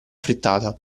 frittata